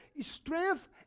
strength